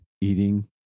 eating